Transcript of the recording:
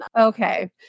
okay